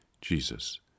Jesus